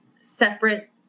separate